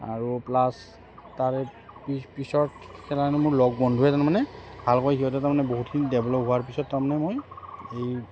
আৰু প্লাছ তাৰে পিছত সেইকাৰণে মোৰ লগৰ বন্ধুৱে তাৰমানে ভালকৈ সিহঁতে তাৰমানে বহুতখিনি ডেভেলপ হোৱাৰ পিছত তাৰমানে মই এই